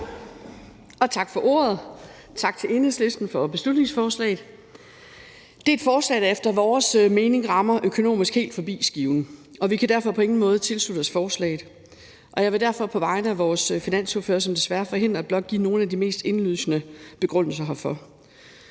Tak for ordet. Og tak til Enhedslisten for beslutningsforslaget. Det er et forslag, der efter vores mening rammer økonomisk helt forbi skiven, og vi kan derfor på ingen måde tilslutte os forslaget. Og jeg vil derfor på vegne af vores finansordfører, som desværre er forhindret i at være her, blot give nogle af de mest indlysende begrundelser herfor,